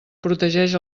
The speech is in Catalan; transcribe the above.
protegeix